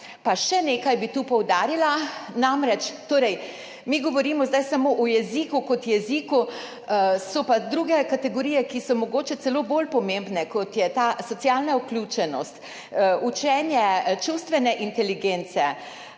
še nekaj bi tu poudarila. Mi govorimo zdaj samo o jeziku kot jeziku, so pa druge kategorije, ki so mogoče celo bolj pomembne, kot sta socialna vključenost, učenje čustvene inteligence.